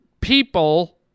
people